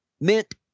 meant